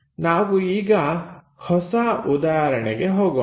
ನಾವು ಈಗ ಹೊಸ ಉದಾಹರಣೆಗೆ ಹೋಗೋಣ